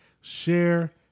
share